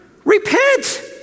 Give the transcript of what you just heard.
repent